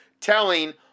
Telling